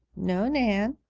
no, nan,